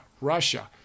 Russia